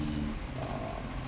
be uh